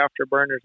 afterburners